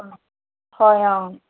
অ হয় অ